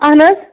اہن حظ